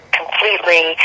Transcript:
completely